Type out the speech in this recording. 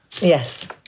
yes